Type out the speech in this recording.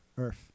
Earth